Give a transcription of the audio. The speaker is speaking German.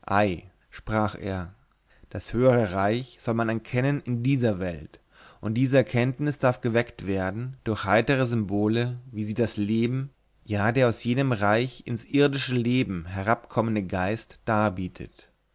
sprach er das höhere reich soll man erkennen in dieser welt und diese erkenntnis darf geweckt werden durch heitere symbole wie sie das leben ja der aus jenem reich ins irdische leben herabgekommene geist darbietet